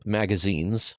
magazines